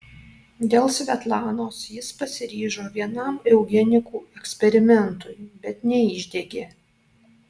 dėl svetlanos jis pasiryžo vienam eugenikų eksperimentui bet neišdegė